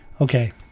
Okay